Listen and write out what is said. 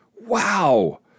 wow